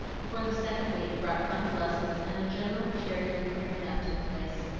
before the second week brought convalescence and a general cheering and clearing up took place.